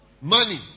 money